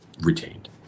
retained